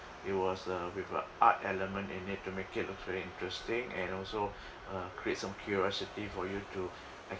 it was a with a art element in it to make it look very interesting and also uh create some curiosity for you to